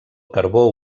carbó